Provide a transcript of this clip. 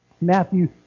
Matthew